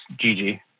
Gigi